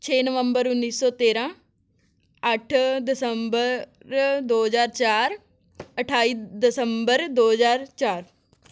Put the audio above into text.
ਛੇ ਨਵੰਬਰ ਉੱਨੀ ਸੌ ਤੇਰ੍ਹਾਂ ਅੱਠ ਦਸੰਬਰ ਦੋ ਹਜ਼ਾਰ ਚਾਰ ਅਠਾਈ ਦਸੰਬਰ ਦੋ ਹਜ਼ਾਰ ਚਾਰ